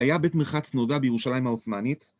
‫היה בית מרחץ נודע בירושלים העות׳מאנית...